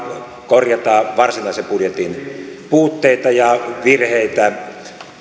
korjata varsinaisen budjetin puutteita ja virheitä